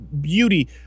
beauty